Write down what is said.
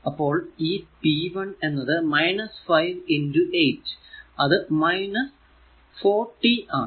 അപ്പോൾ ഈ p 1 എന്നത് 5 8 അത് 40 ആണ്